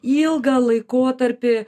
ilgą laikotarpį